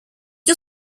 you